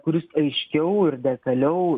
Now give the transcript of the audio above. kuris aiškiau ir detaliau